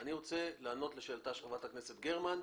אני רוצה לענות לשאלתה של חברת הכנסת גרמן.